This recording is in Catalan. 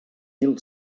mil